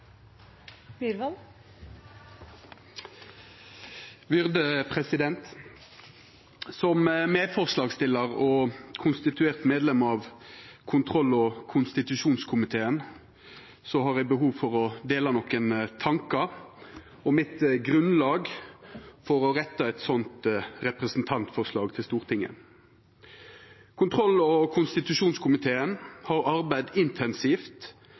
Som medforslagsstillar og konstituert medlem av kontroll- og konstitusjonskomiteen har eg behov for å dela nokre tankar om grunnlaget mitt for å retta eit slikt representantforslag til Stortinget. Kontroll- og konstitusjonskomiteen har arbeidd intensivt